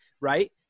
right